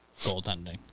goaltending